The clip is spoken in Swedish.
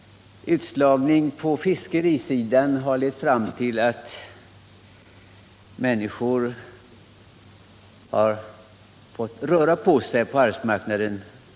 Utslagningen på fiskerisidan har lett fram till att människor i södra skärgården har fått röra på sig på arbetsmarknaden.